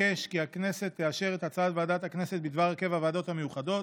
אבקש כי הכנסת תאשר את הצעת ועדת הכנסת בדבר הרכב הוועדות המיוחדות